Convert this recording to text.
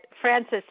Francis